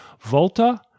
Volta